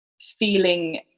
feeling